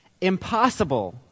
impossible